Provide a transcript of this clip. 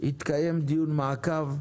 יתקיים דיון מעקב.